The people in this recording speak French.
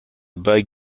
bat